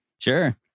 sure